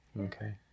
okay